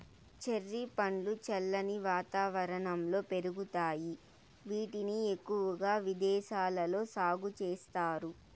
cherry పండ్లు చల్లని వాతావరణంలో పెరుగుతాయి, వీటిని ఎక్కువగా విదేశాలలో సాగు చేస్తారు